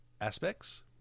aspects